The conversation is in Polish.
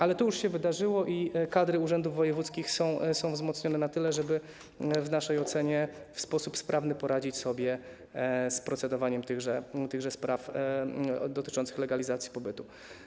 Ale to już się wydarzyło i kadry urzędów wojewódzkich są wzmocnione na tyle, żeby w naszej ocenie w sposób sprawny poradzić sobie z procedowaniem nad sprawami dotyczącymi legalizacji pobytu.